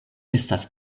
estas